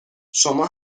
شما